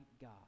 God